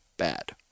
Bad